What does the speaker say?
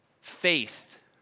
faith